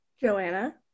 Joanna